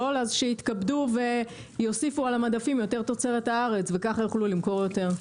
אז שיתכבדו ויוסיפו על המדפים יותר תוצרת הארץ וכך יוכלו למכור יותר.